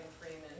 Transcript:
Freeman